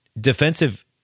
defensive